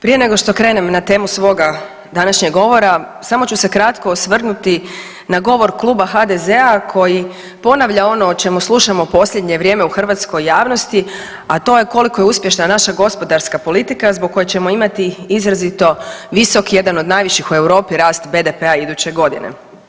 Prije nego što krenem na temu svoga današnjeg govora samo ću se kratko osvrnuti na govor Kluba HDZ-a koji ponavlja ono o čemu slušamo u posljednje vrijeme u hrvatskoj javnosti, a to je koliko je uspješna naša gospodarska politika zbog koje ćemo imati izrazito visok, jedan od najviših u Europi, rast BDP-a iduće godine.